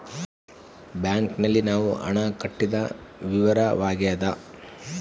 bank ನಲ್ಲಿ ನಾವು ಹಣ ಕಟ್ಟಿದ ವಿವರವಾಗ್ಯಾದ